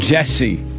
Jesse